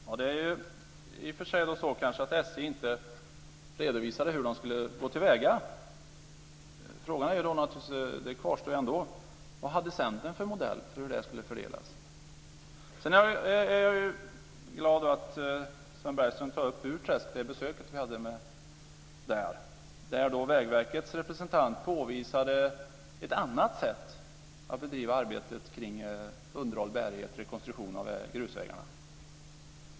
Fru talman! Det var i och för sig så att SJ inte redovisade hur man skulle gå till väga. Men frågan kvarstår: Vad hade Centern för modell för hur det här skulle fördelas? Sedan är jag glad över att Sven Bergström tog upp det besök vi gjorde i Burträsk, där Vägverkets representant påvisade ett annat sätt att bedriva arbetet kring underhåll, bärighet och rekonstruktion av grusvägar.